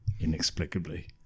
inexplicably